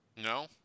No